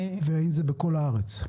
והאם זה בכל הארץ?